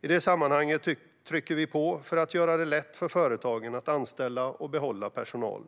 I det sammanhanget trycker vi på för att göra det lätt för företagen att anställa och behålla personal.